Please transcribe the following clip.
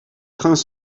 trains